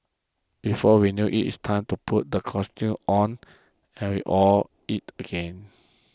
before we know it's time to put the costume on hurry off it begin